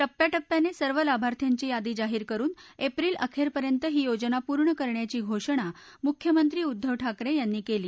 टप्प्याटप्प्याने सर्व लाभार्थ्यांची यादी जाहीर करून एप्रिल अखेरपर्यंत ही योजना पूर्ण करण्याची घोषणा मुख्यमंत्री उद्धव ठाकरे यांनी केली